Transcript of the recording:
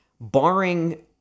barring